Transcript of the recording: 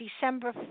December